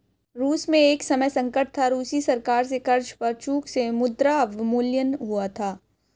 रूस में एक समय संकट था, रूसी सरकार से कर्ज पर चूक से मुद्रा अवमूल्यन हुआ था